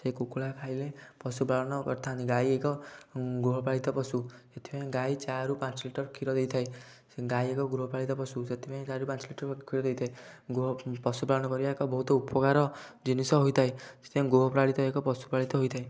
ସେ କୁକୁଡ଼ା ଖାଇଲେ ପଶୁପାଳନ କରିଥାନ୍ତି ଗାଈ ଏକ ଗୃହପାଳିତ ପଶୁ ଏଥିପାଇଁ ଗାଈ ଚାରିରୁ ପାଞ୍ଚ ଲିଟର୍ କ୍ଷୀର ଦେଇଥାଏ ସେ ଗାଈ ଏକ ଗୃହପାଳିତ ପଶୁ ସେଥିପାଇଁ ଚାରିରୁ ପାଞ୍ଚ ଲିଟର୍ କ୍ଷୀର ଦେଇଥାଏ ପଶୁପାଳନ କରିବା ଏକ ବହୁତ ଉପକାର ଜିନିଷ ହୋଇଥାଏ ସେଥିପାଇଁ ଗୃହପାଳିତ ଏକ ପଶୁପାଳିତ ହୋଇଥାଏ